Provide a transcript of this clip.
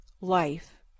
life